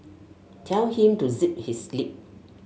tell him to zip his lip